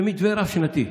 זה מתווה רב-שנתי.